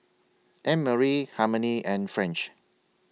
Annmarie Harmony and French